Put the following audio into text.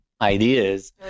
ideas